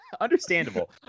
understandable